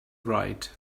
right